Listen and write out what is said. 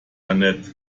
jeanette